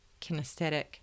kinesthetic